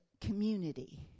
community